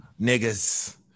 niggas